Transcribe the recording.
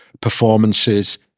performances